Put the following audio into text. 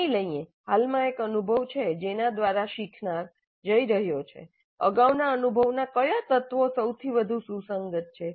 માની લઈએ હાલમાં એક અનુભવ છે જેના દ્વારા શીખનાર જઇ રહ્યો છે અગાઉના અનુભવના કયા તત્વો સૌથી વધુ સુસંગત છે